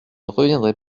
reviendrai